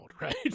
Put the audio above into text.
right